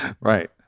Right